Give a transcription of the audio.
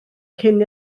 cyn